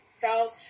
felt